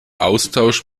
austausch